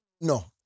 no